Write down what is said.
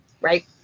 Right